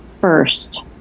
first